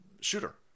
shooter